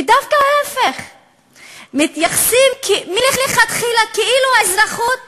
ודווקא ההפך, מתייחסים מלכתחילה כאילו אזרחות